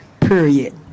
period